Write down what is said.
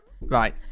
right